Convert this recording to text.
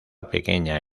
pequeña